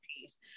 piece